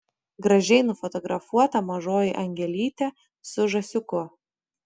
gražiai nufotografuota mažoji angelytė su žąsiuku